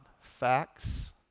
facts